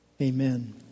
Amen